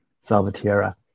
Salvatierra